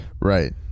Right